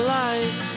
life